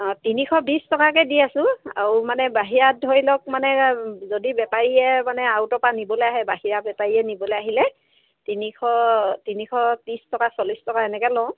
অঁ তিনিশ বিছ টকাকৈ দি আছোঁ আৰু মানে বাহিৰাত ধৰি লওক মানে যদি বেপাৰীয়ে মানে আউটৰ পৰা নিবলৈ আহে বাহিৰা বেপাৰীয়ে নিবলৈ আহিলে তিনিশ তিনিশ ত্ৰিছ টকা চল্লিছ টকা এনেকৈ লওঁ